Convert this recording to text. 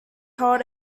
held